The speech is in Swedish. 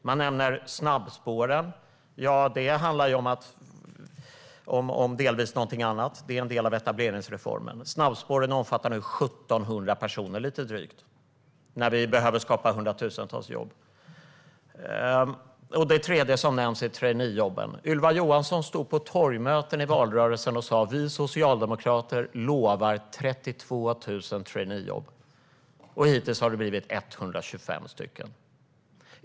Man har nämnt snabbspåren. Det handlar delvis om någonting annat. Det är en del av etableringsreformen. Snabbspåren omfattar nu lite drygt 1 700 personer, när vi behöver skapa hundratusentals jobb. Det tredje som nämnts är traineejobben. Ylva Johansson stod på torgmöten i valrörelsen och sa: Vi socialdemokrater lovar 32 000 traineejobb. Hittills har det blivit 125 stycken.